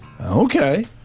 Okay